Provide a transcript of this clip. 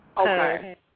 Okay